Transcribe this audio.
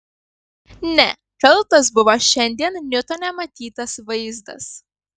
ne kaltas buvo šiandien niutone matytas vaizdas